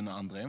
debatten.